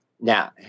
Now